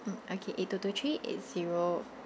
mm okay eight two two three eight zero